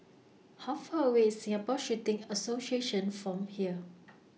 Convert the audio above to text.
How Far away IS Singapore Shooting Association from here